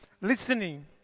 Listening